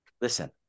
Listen